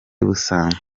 busanzwe